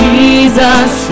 Jesus